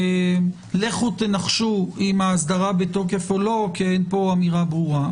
לכו נחשו אם האסדרה בתוקף או לא כי אין פה אמירה ברורה.